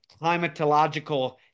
climatological